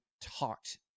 talked